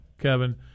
Kevin